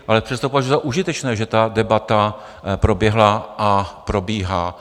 Ale přesto považuji za užitečné, že ta debata proběhla a probíhá.